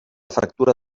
fractura